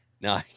No